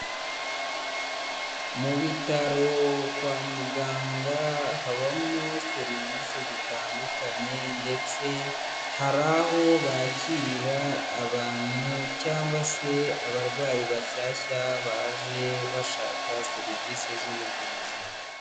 Mu bitaro kwa muganga, habamo serivisi zitandukanye ndetse hari aho bakirira abantu cyangwa se abarwayi bashyashya baje bashaka serivise z'ubuvuzi.